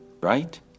right